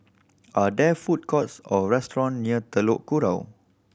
are there food courts or restaurant near Telok Kurau